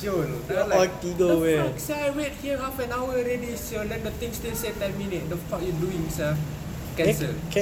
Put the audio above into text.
[siol] then I like what the fuck [sial] wait here half an hour already [siol] then the thing still say ten minutes the fuck you doing sia cancel